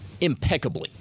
impeccably